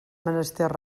menester